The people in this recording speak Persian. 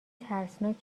ترسناک